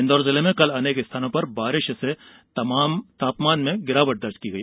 इंदौर जिले में कल अनेक स्थानों पर बारिष से तापमान में गिरावट दर्ज की गई